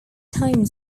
time